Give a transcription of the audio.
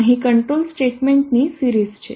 અહી કંટ્રોલ સ્ટેટમેન્ટની સિરીઝ છે